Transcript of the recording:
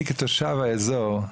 אני כתושב האזור,